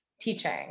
Teaching